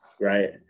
right